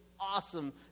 awesome